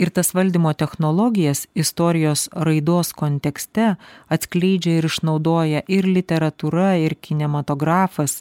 ir tas valdymo technologijas istorijos raidos kontekste atskleidžia ir išnaudoja ir literatūra ir kinematografas